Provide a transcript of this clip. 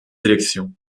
élections